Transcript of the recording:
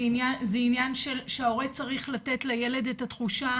זה עניין של שההורה צריך לתת לילד את התחושה,